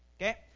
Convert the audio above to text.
Okay